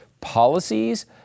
policies